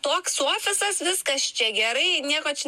toks ofisas viskas čia gerai nieko čia